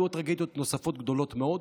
היו טרגדיות נוספות גדולות מאוד.